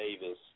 Davis